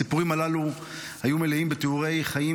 הסיפורים הללו היו מלאים בתיאורי חיים